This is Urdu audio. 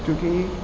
کیونکہ